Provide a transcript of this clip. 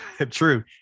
true